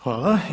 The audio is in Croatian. Hvala.